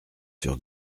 sur